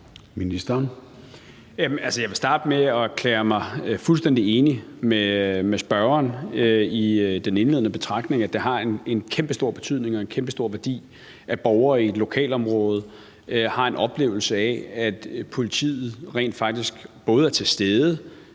Jeg vil starte med at erklære mig fuldstændig enig med spørgeren i den indledende betragtning om, at det har en kæmpestor betydning og en kæmpestor værdi, at borgere i et lokalområde har en oplevelse af, at politiet rent faktisk både er til stede